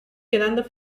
quedando